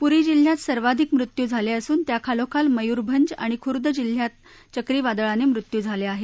पुरी जिल्ह्यात सर्वाधिक मृत्यू झाले असून त्या खालोखाल मयूरभंज आणि खुई जिल्ह्यात चक्रीवादळाने मृत्यू झाले आहेत